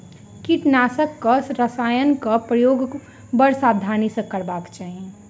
कीटनाशक रसायनक प्रयोग बड़ सावधानी सॅ करबाक चाही